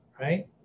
right